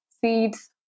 seeds